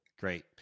Great